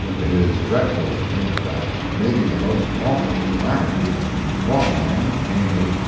it is dreadful to think that maybe the most awful calamity that can befall a man, namely,